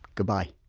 goodbye